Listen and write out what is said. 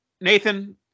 Nathan